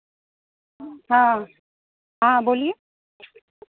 हाँ हाँ बोलिए